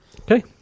okay